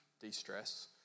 de-stress